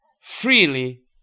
Freely